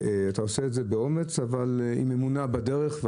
אתה עושה את זה באומץ אבל עם אמונה בדרך,